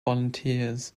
volunteers